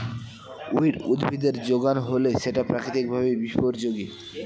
weed উদ্ভিদের যোগান হলে সেটা প্রাকৃতিক ভাবে বিপর্যোজী